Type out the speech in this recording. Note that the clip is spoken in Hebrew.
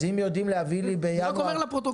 אז אם יודעים להביא לי בינואר --- אני רק אומר לפרוטוקול,